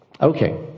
Okay